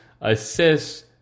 assists